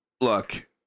Look